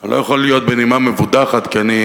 אני לא יכול להיות בנימה מבודחת כי אני